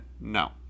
No